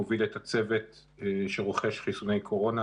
מוביל את הצוות שרוכש חיסוני קורונה,